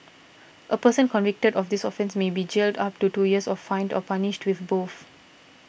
a person convicted of this offence may be jailed up to two years or fined or punished with both